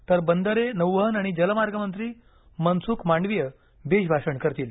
तर बंदरे नौवहन आणि जलमार्ग मंत्री मनसुख मांडवीय बीजभाषण करतील